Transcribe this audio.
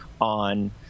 on